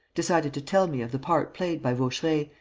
decided to tell me of the part played by vaucheray,